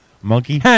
Monkey